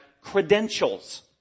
credentials